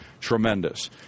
tremendous